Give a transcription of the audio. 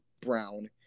brown